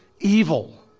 evil